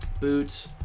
boot